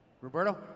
Roberto